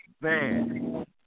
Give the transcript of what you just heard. man